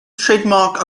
trademark